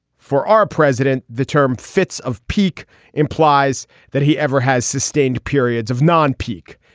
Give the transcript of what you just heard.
for our president. the term fits of pique implies that he ever has sustained periods of non peak.